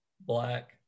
Black